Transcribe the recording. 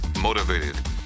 motivated